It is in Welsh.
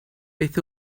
beth